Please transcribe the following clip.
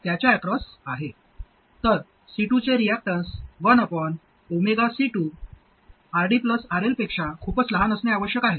तर C2 चे reactance 1C2 RD RL पेक्षा खूपच लहान असणे आवश्यक आहे